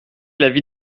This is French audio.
l’avis